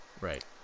Right